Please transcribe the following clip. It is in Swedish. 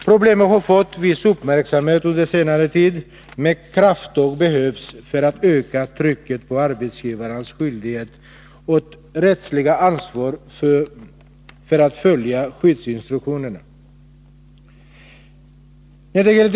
Problemet har fått viss uppmärksamhet under senare tid, men krafttag behövs för att öka trycket när det gäller arbetsgivarens skyldigheter och rättsliga ansvar för att skyddsinstruktionerna följs.